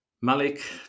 Malik